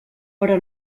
però